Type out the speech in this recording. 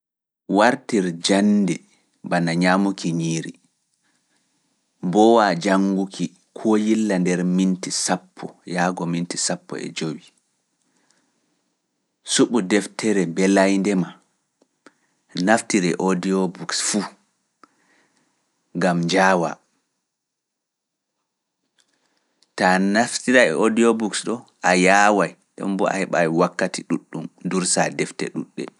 Wartir jannde bana ñaamuki ñiiri, mboowa jannguki koo yilla nder miinti sappo e jowi, suɓu deftere mbelaende maa, naftiree e audio books fuu, ngam njaawa. Ta naftira e audio book ɗo a yaaway nden bo a heɓai wakkati ɗuɗɗum ndursa defte ɗuɗɗe.